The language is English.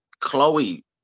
Chloe